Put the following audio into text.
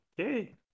Okay